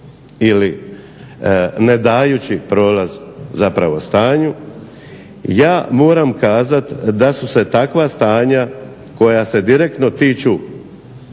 ili ne dajući prolaz zapravo stanju ja moram kazati da su se takva stanja koja se direktno tiču